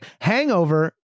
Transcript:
hangover